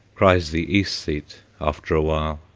cries the aesthete after awhile.